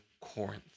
Corinth